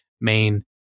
main